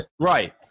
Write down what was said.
Right